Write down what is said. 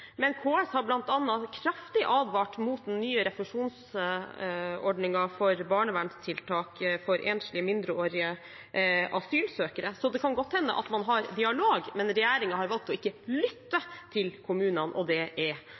men KS har kraftig advart mot den nye refusjonsordningen for barnevernstiltak for enslige mindreårige asylsøkere, så det kan godt hende man har dialog, men regjeringen har valgt å ikke lytte til kommunene, og det er